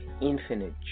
Infinite